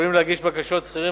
יכולים להגיש בקשות שכירים